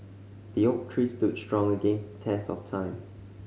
the oak tree stood strong against test of time